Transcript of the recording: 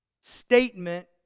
statement